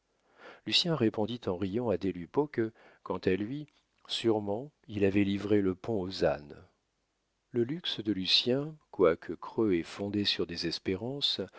lucien répondit en riant à des lupeaulx que quant à lui sûrement il avait livré le pont aux ânes le luxe de lucien quoique creux et fondé sur des espérances